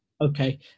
okay